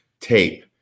tape